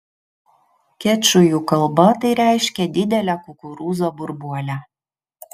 kečujų kalba tai reiškia didelę kukurūzo burbuolę